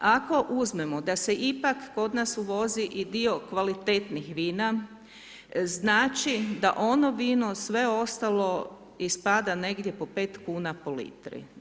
Ako uzmemo da se ipak kod nas uvozi i dio kvalitetnih vina znači da ono vino sve ostalo ispada negdje po 5 kuna po litri.